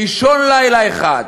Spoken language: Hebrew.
באישון לילה אחד.